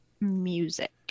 music